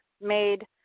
made